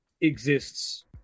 exists